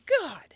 god